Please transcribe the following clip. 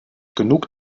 genug